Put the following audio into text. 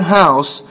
house